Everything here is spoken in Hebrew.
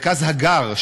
למרכז הגר,